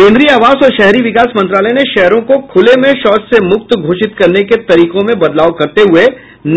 केंद्रीय आवास और शहरी विकास मंत्रालय ने शहरों को खुले में शौच से मुक्त घोषित करने के तरीकों में बदलाव करते हुये